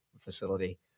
facility